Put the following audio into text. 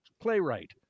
playwright